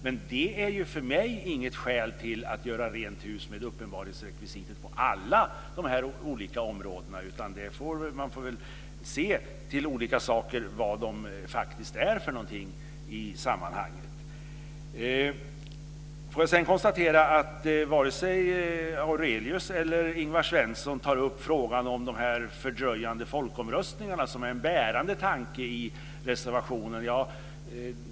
Men det är för mig inget skäl att göra rent hus med uppenbarhetsrekvisitet på alla olika områden, utan man får väl se till vad olika saker faktiskt är i sammanhanget. Jag får sedan konstatera att varken Nils Fredrik Aurelius eller Ingvar Svensson tar upp frågan om de fördröjande folkomröstningarna som är en bärande tanke i reservationen.